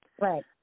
Right